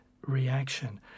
reaction